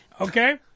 Okay